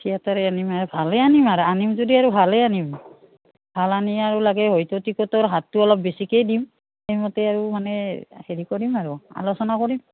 থিয়েটাৰে আনিম আৰ ভালেই আনিম আৰ আনিম যদি আৰু ভালেই আনিম ভাল আনি আৰু লাগে হয়তো টিকটৰ হাৰটো অলপ বেছিকেই দিম সেইমতে আৰু মানে হেৰি কৰিম আৰু আলোচনা কৰিম